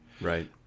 Right